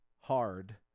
hard